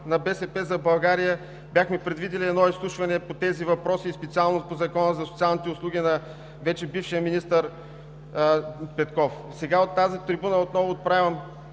на „БСП за България“, бяхме предвидили едно изслушване по тези въпроси, и специално по Закона за социалните услуги, на вече бившия министър Петков. Сега от тази трибуна отново отправям